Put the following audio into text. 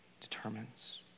determines